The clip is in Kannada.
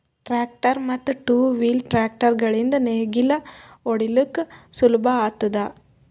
ಟ್ರ್ಯಾಕ್ಟರ್ ಮತ್ತ್ ಟೂ ವೀಲ್ ಟ್ರ್ಯಾಕ್ಟರ್ ಗಳಿಂದ್ ನೇಗಿಲ ಹೊಡಿಲುಕ್ ಸುಲಭ ಆತುದ